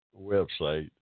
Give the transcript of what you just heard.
website